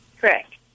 Correct